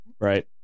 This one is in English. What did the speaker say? right